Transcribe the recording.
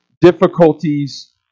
difficulties